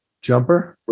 Jumper